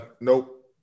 Nope